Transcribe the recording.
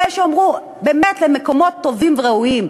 יש שיאמרו שבאמת למקומות טובים וראויים.